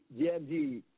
GMD